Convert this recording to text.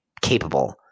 capable